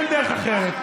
אין דרך אחרת.